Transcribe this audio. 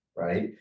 right